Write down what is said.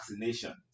vaccinations